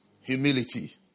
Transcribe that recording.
Humility